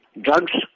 Drugs